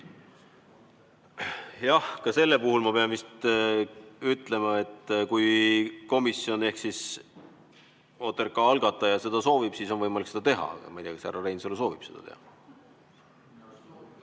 Jah, ka selle puhul ma pean vist ütlema, et kui komisjon ehk OTRK algataja seda soovib, siis on võimalik seda teha, aga ma ei tea, kas härra Reinsalu soovib seda teha.